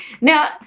Now